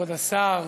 כבוד השר,